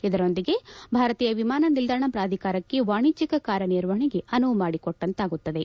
ಇದರೊಂದಿಗೆ ಭಾರತೀಯ ವಿಮಾನ ನಿಲ್ದಾಣ ಪ್ರಾಧಿಕಾರಕ್ಕೆ ವಾಣಿಜ್ಯಕ ಕಾರ್ಯನಿರ್ವಪಣೆಗೆ ಅನುವು ಮಾಡಿಕೊಟ್ಟಂತಾಗುತ್ತದೆ